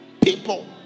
people